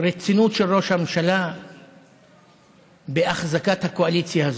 הרצינות של ראש הממשלה בהחזקת הקואליציה הזאת?